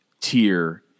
tier